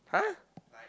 !huh!